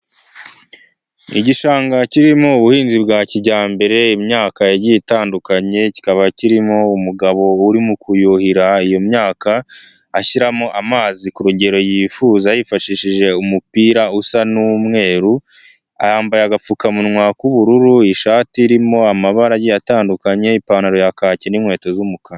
Igishanga kirimo ubuhinzi bwa kijyambere imyaka yagiye itandukanye, kikaba kirimo umugabo uri mu kuyuhira iyo myaka, ashyiramo amazi ku rugero yifuza yifashishije umupira usa n'umweru, yambaye agapfukamunwa k'ubururu, ishati irimo amabara atandukanye, ipantaro ya kaki n'inkweto z'umukara.